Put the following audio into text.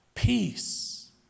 Peace